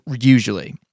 usually